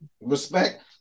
respect